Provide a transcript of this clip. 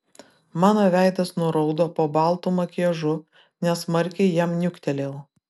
mano veidas nuraudo po baltu makiažu nesmarkiai jam niuktelėjau